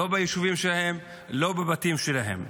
לא ביישובים שלהם, לא בבתים שלהם.